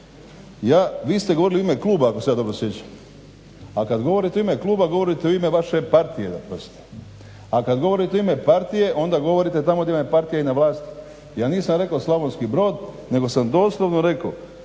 Vi ste govorili u ime kluba ako se ja dobro sjećam. A kad govorite u ime kluba govorite u ime vaše partije da prostite, a kad govorite u ime partije onda govorite i tamo gdje vam je partija na vlati. Ja nisam rekao Slavonski Brod nego sam doslovno rekao